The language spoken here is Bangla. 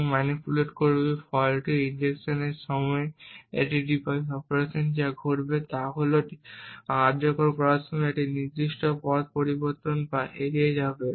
এবং ম্যানিপুলেট করবে ফল্টটি ইনজেকশনের সময় ডিভাইস অপারেশন যা ঘটবে তা হল কার্যকর করার সময় একটি নির্দিষ্ট পথ পরিবর্তন বা এড়িয়ে যাবে